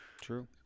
True